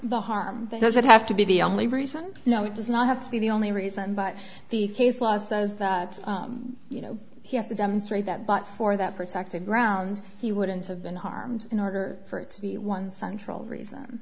the harm does that have to be the only reason you know it does not have to be the only reason but the case law says that you know he has to demonstrate that but for that protective ground he wouldn't have been harmed in order for it to be one central reason